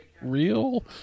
real